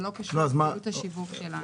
זה לא קשור לתוכנית השיווק שלנו.